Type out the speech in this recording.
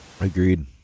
Agreed